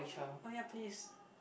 oh ya please